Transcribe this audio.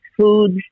foods